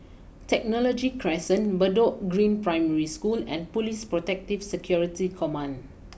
Technology Crescent Bedok Green Primary School and police Protective Security Command